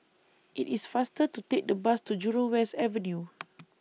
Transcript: IT IS faster to Take The Bus to Jurong West Avenue